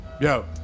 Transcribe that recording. Yo